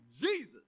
Jesus